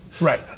Right